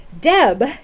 Deb